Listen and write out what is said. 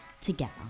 together